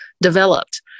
developed